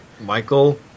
Michael